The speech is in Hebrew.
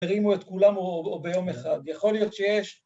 ‫תרימו את כולם או ביום אחד. ‫יכול להיות שיש.